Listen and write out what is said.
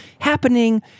happening